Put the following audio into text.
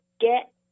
get